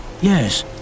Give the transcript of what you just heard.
yes